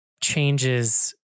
changes